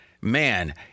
man